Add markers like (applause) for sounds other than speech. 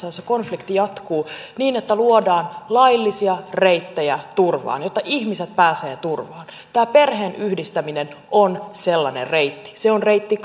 (unintelligible) jossa konflikti jatkuu ihmissalakuljetusta torjutaan parhaiten niin että luodaan laillisia reittejä turvaan jotta ihmiset pääsevät turvaan tämä perheenyhdistäminen on sellainen reitti se on reitti (unintelligible)